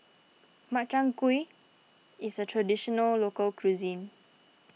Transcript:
Makchang Gui is a Traditional Local Cuisine